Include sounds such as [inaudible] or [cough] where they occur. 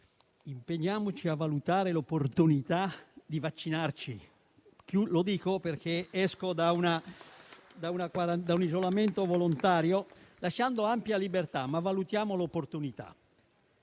impegnarci a valutare l'opportunità di vaccinarci. [applause] Lo dico perché esco da un isolamento volontario. Lasciando ampia libertà, valutiamo però l'opportunità.